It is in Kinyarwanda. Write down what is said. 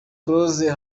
close